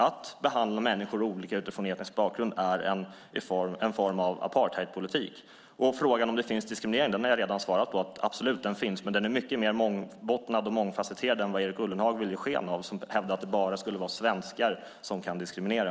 Att behandla människor olika utifrån etnisk bakgrund är en form av apartheidpolitik. Jag har redan svarat på frågan om det finns diskriminering. Den finns absolut, men den är mycket mer mångbottnad och mångfasetterad än vad Erik Ullenhag vill ge sken av. Han hävdar att det bara skulle vara svenskar som kan diskriminera.